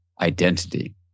identity